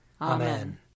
Amen